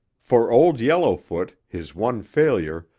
for old yellowfoot, his one failure,